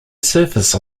surface